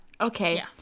Okay